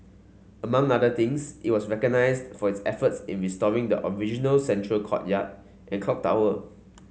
among other things it was recognised for its efforts in restoring the original central courtyard and clock tower